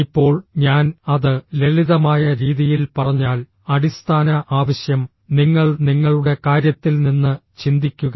ഇപ്പോൾ ഞാൻ അത് ലളിതമായ രീതിയിൽ പറഞ്ഞാൽ അടിസ്ഥാന ആവശ്യം നിങ്ങൾ നിങ്ങളുടെ കാര്യത്തിൽ നിന്ന് ചിന്തിക്കുക